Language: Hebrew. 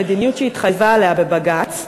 מדיניות שהיא התחייבה עליה בבג"ץ,